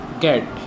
get